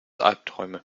albträume